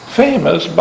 famous